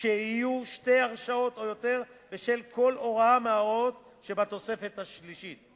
כשיהיו שתי הרשעות או יותר בשל כל הוראה מההוראות שבתוספת השלישית,